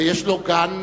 ויש לו גם,